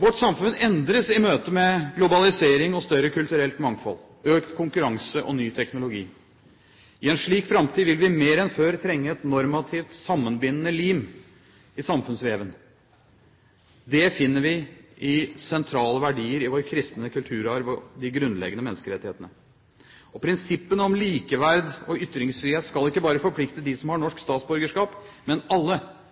Vårt samfunn endres i møte med globalisering og større kulturelt mangfold, økt konkurranse og ny teknologi. I en slik framtid vil vi mer enn før trenge et normativt, sammenbindende lim i samfunnsveven. Det finner vi i sentrale verdier i vår kristne kulturarv og i de grunnleggende menneskerettighetene. Og prinsippene om likeverd og ytringsfrihet skal ikke bare forplikte dem som har norsk statsborgerskap, men alle